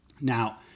Now